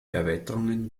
erweiterungen